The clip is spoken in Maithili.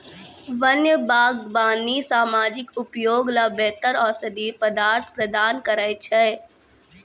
वन्य बागबानी सामाजिक उपयोग ल बेहतर औषधीय पदार्थ प्रदान करै छै